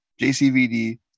JCVD